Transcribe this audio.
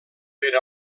per